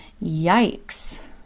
Yikes